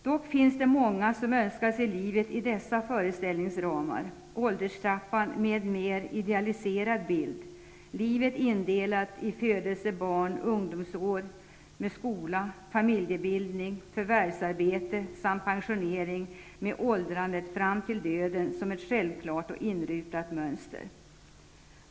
Dock finns det många som önskar se livet insatt i dessa föreställningsramar -- ålderstrappans mer idealiserade bild med livet indelat i födelse, barnaår, ungdomsår med skola, familjebildning, förvärvsarbete samt pensionering med åldrande fram till döden, som ett självklart och inrutat mönster.